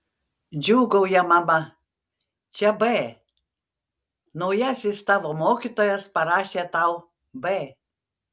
džiūgauja mama čia b naujasis tavo mokytojas parašė tau b